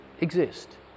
exist